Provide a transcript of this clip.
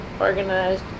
organized